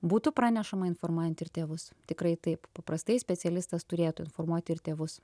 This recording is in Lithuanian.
būtų pranešama informuojant ir tėvus tikrai taip paprastai specialistas turėtų informuoti ir tėvus